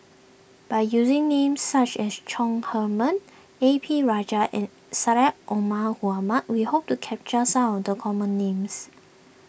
by using names such as Chong Heman A P Rajah and Syed Omar Mohamed we hope to capture some of the common names